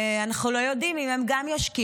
ואנחנו לא יודעים אם הם גם ישקיעו.